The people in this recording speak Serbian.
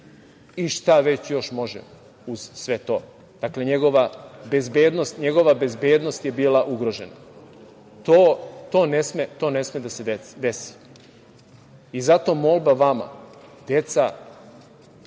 i šta već još može uz sve to. Dakle, njegova bezbednost je bila ugrožena. To ne sme da se desi. Zato molba vama – deca,